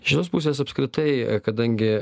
iš šitos pusės apskritai kadangi